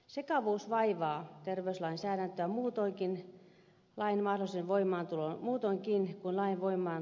sekavuus vaivaa terveyslainsäädäntöä muutoinkin kuin lain voimaantulon myötä